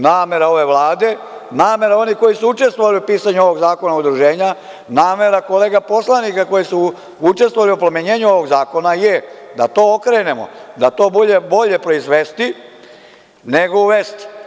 Namera ove Vlade, namera onih koji su učestvovali u pisanju ovog zakona, udruženja, namera kolega poslanika koji su učestvovali u oplemenjenju ovog zakona je da to okrenemo, da to bude – bolje proizvesti, nego uvesti.